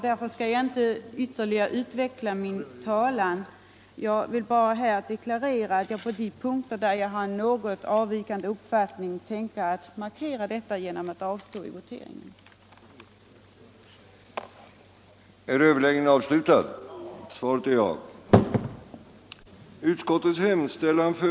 Därför skall jag inte ytterligare utveckla min talan. Jag vill här bara deklarera att jag på de punkter, där jag har en något avvikande uppfattning, tänker markera detta genom att vid voteringen avstå från att rösta.